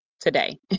today